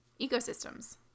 ecosystems